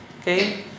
Okay